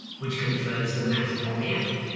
which confers the mass upon the atom.